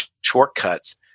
shortcuts